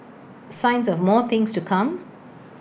signs of more things to come